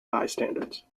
bystanders